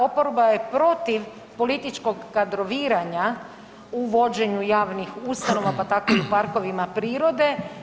Oporba je protiv političkog kadroviranja u vođenju javnih ustanova, pa tako i parkovima prirode.